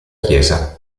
chiesa